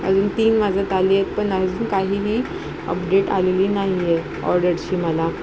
अजून तीन वाजत आली आहेत पण अजून काहीही अपडेट आलेली नाही आहे ऑर्डरची मला